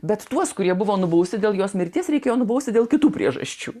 bet tuos kurie buvo nubausti dėl jos mirties reikėjo nubausti dėl kitų priežasčių